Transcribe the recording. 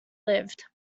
lived